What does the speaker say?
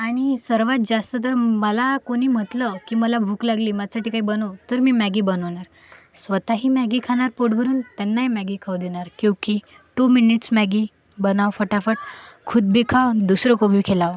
आणि सर्वात जास्त तर मला कोणी म्हटलं की मला भूक लागली माझ्यासाठी काही बनव तर मी मॅगी बनवणार स्वतःही मॅगी खाणार पोट भरून त्यांनाही मॅगी खाऊ देणार क्यूकीं टू मिनिट्स मॅगी बनाव फटाफट खुद भी खाव दुसरो को भी खिलाव